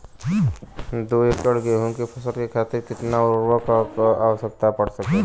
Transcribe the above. दो एकड़ गेहूँ के फसल के खातीर कितना उर्वरक क आवश्यकता पड़ सकेल?